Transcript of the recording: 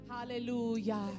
Hallelujah